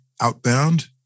outbound